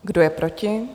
Kdo je proti?